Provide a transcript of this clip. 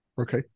Okay